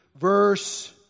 verse